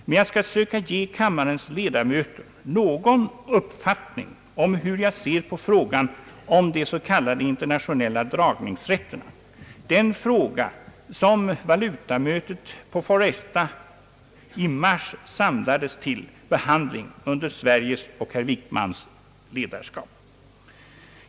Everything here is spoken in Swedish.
Men jag skall försöka ge kammarens ledamöter någon uppfattning om hur jag ser på frågan om de s.k. internationella dragningsrätterna, den fråga som valutamötet på Foresta i mars samlades till behandling av under Sveriges och herr Wickmans ledarskap.